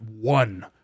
one